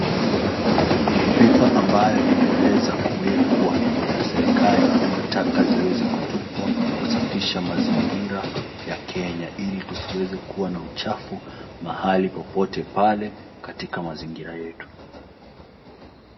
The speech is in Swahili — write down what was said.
Pipa ambayo imewezwa kuwekwa na serikali ili taka ziweze kutupwa kusafisha mazingira ya Kenya ili tusiweze kuwa na uchafu pahali popote pale katika mazingira yetu.